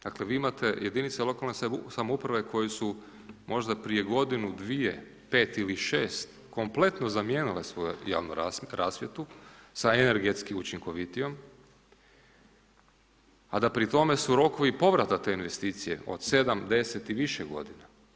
Dakle vi imate jedinice lokalne samouprave koje su možda prije godinu, dvije, pet ili šest kompletno zamijenile svoju javnu rasvjetu sa energetski učinkovitijom a da pri tome su rokovi povrata te investicije od 7, 10 i više godina.